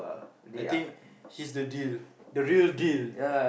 I think he's the deal the real deal